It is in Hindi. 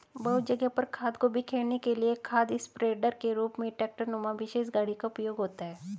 बहुत जगह पर खाद को बिखेरने के लिए खाद स्प्रेडर के रूप में ट्रेक्टर नुमा विशेष गाड़ी का उपयोग होता है